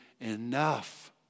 enough